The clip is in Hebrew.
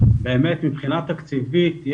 באמת מבחינה תקציבית,